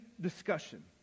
discussion